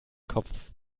kopf